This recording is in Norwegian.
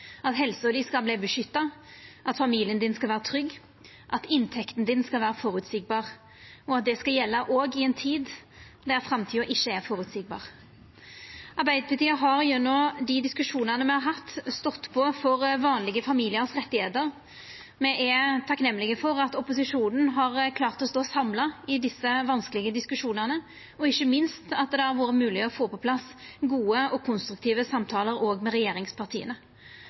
at helsa di skal verta beskytta, at familien din skal vera trygg, at inntekta di skal vera føreseieleg – og at det skal gjelda òg i ei tid då framtida ikkje er føreseieleg. Arbeidarpartiet har gjennom dei diskusjonane me har hatt, stått på for rettane til vanlege familiar. Me er takknemlege for at opposisjonen har klart å stå samla i desse vanskelege diskusjonane, og ikkje minst for at det har vore mogleg å få på plass gode og konstruktive samtalar òg med regjeringspartia.